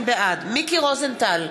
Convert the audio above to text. בעד מיקי רוזנטל,